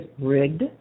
rigged